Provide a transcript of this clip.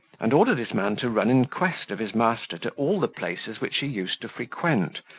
and ordered his man to run in quest of his master to all the places which he used to frequent,